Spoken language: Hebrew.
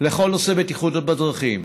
לכל נושא הבטיחות בדרכים.